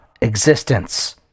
existence